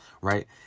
right